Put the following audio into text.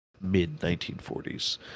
mid-1940s